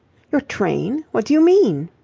your train? what do you mean?